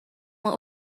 what